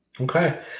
Okay